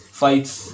fights